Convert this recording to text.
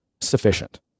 sufficient